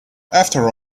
after